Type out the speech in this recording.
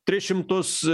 tris šimtus